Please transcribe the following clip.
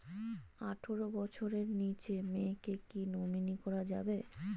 আঠারো বছরের নিচে মেয়েকে কী নমিনি করা যাবে?